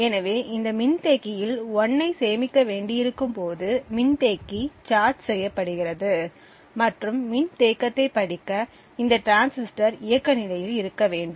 எனவே இந்த மின்தேக்கியில் 1 ஐ சேமிக்க வேண்டியிருக்கும் போது மின்தேக்கி சார்ஜ் செய்யப்படுகிறது மற்றும் மின்தேக்கத்தைப் படிக்க இந்த டிரான்சிஸ்டர் இயக்க நிலையில் இருக்க வேண்டும்